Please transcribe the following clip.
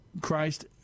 Christ